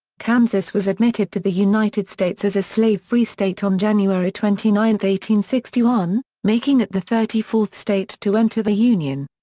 kansas was admitted to the united states as a slave-free state on january twenty nine, one sixty one, making it the thirty fourth state to enter the union.